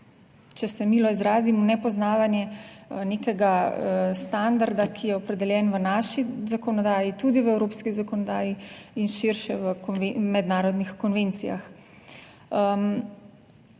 če se milo izrazim, v nepoznavanje nekega standarda, ki je opredeljen v naši zakonodaji, tudi v evropski zakonodaji in širše v mednarodnih konvencijah.